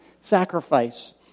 sacrifice